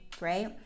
right